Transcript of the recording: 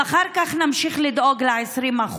ואחר כך נמשיך לדאוג ל-20%.